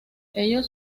ellos